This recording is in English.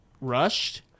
rushed